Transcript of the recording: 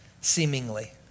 seemingly